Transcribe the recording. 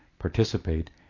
Participate